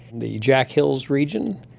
the jack hills region.